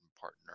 partner